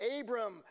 Abram